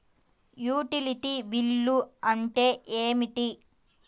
Utility bill అంటే ఏమిటి?